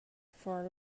for